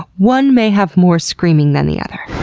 one may have more screaming than the other.